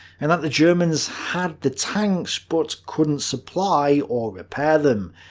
and that the germans had the tanks, but couldn't supply or repair them.